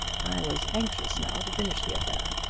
i was anxious now to finish the affair.